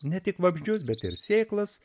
ne tik vabzdžius bet ir sėklas